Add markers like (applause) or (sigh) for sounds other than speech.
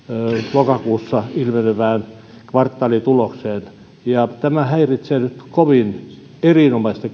lokakuussa ilmenevään kvartaalitulokseen tämä häiritsee nyt kovin erinomaista (unintelligible)